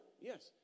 Yes